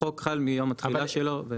החוק חל מיום התחילה שלו.